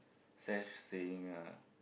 sash saying uh